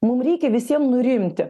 mum reikia visiem nurimti